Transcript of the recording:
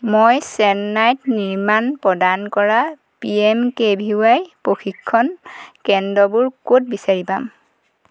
মই চেন্নাইত নিৰ্মাণ প্ৰদান কৰা P M K V Y প্ৰশিক্ষণ কেন্দ্ৰবোৰ ক'ত বিচাৰি পাম